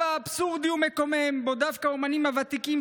אבסורדי ומקומם שבו דווקא האומנים הוותיקים,